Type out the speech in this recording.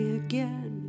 again